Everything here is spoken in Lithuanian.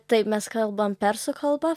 taip mes kalbam persų kalba